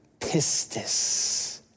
pistis